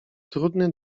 trudny